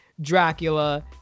Dracula